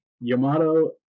Yamato